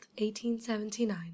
1879